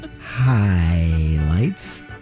highlights